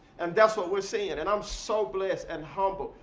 and that's what we're seeing. and and i'm so blessed and humbled.